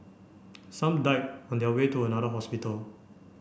some died on their way to another hospital